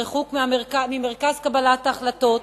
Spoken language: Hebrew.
ריחוק ממרכז קבלת ההחלטות,